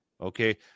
Okay